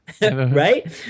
right